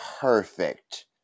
perfect